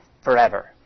forever